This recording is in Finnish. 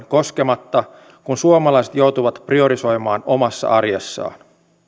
koskematta kehitysapumäärärahoihin kun suomalaiset joutuvat priorisoimaan omassa arjessaan